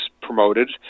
promoted